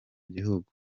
gihugu